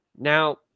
Now